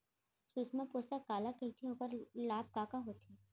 सुषमा पोसक काला कइथे अऊ ओखर लाभ का का होथे?